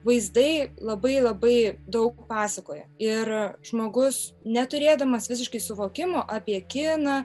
vaizdai labai labai daug pasakoja ir žmogus neturėdamas visiškai suvokimo apie kiną